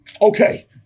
Okay